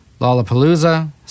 Lollapalooza